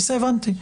בסדר, הבנתי.